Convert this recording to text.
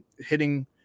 hitting